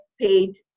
paid